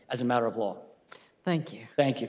as a matter of law thank you thank you